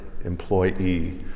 employee